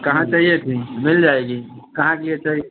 कहाँ चाहिए थी मिल जाएगी कहाँ की ये